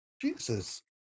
Jesus